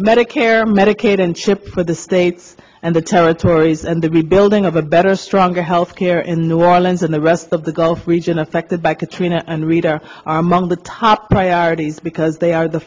medicare medicaid and chip for the states and the territories and the rebuilding of a better stronger health care in new orleans and the rest of the gulf region affected by katrina and rita are among the top priorities because they are the